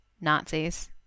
Nazis